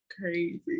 crazy